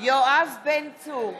יואב בן צור,